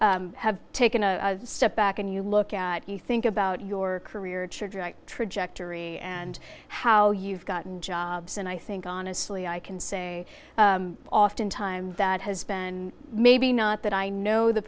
taken a step back and you look at you think about your career trajectory and how you've gotten jobs and i think honestly i can say oftentimes that has been maybe not that i know the